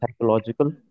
psychological